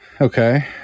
Okay